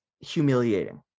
humiliating